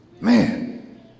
man